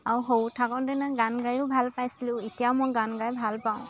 আৰু সৰু থাকোতে নো গান গায়ো ভাল পাইছিলোঁ এতিয়াও মই গান গাই ভাল পাওঁ